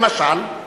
למשל,